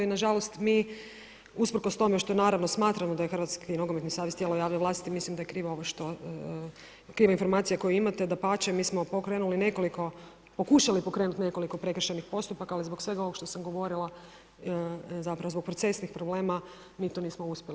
Nažalost, mi usprkos tome što naravno smatramo da je HNS tijelo javne vlasti, mislim da je kriva informacija koju imate, dapače, mi smo pokrenuli nekoliko, pokušali pokrenuti nekoliko prekršajnih postupaka ali zbog svega ovog što sam govorila, zapravo zbog procesnih problema, mi to nismo uspjeli.